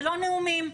ולא נאומים.